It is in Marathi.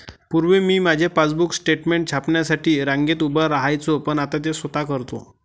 पूर्वी मी माझे पासबुक स्टेटमेंट छापण्यासाठी रांगेत उभे राहायचो पण आता ते स्वतः करतो